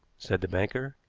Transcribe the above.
said the banker.